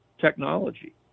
technology